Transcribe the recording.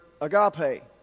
agape